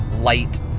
light